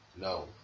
no